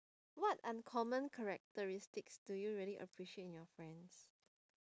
what uncommon characteristics do you really appreciate in your friends